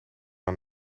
aan